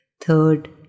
Third